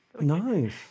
Nice